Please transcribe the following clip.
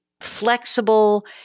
flexible